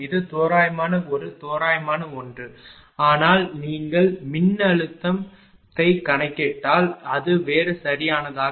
இது தோராயமான ஒரு தோராயமான ஒன்று ஆனால் நீங்கள் மின்னழுத்தத்தை கணக்கிட்டால் அது வேறு சரியானதாக இருக்கும்